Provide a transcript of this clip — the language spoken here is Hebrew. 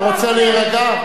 אתה רוצה להירגע?